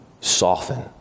soften